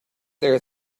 there